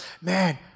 Man